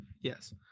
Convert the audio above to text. Yes